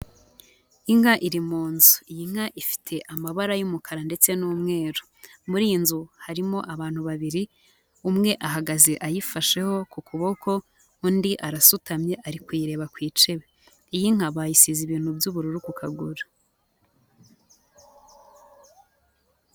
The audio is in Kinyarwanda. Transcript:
Inka iri mu nzu. Iyi nka ifite amabara y'umukara ndetse n'umweru. Muri iyi nzu harimo abantu babiri, umwe ahagaze ayifasheho ku kuboko, undi arasutamye, ari kuyireba ku icebe. Iyi nka bayisize ibintu by'ubururu ku kaguru.